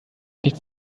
nichts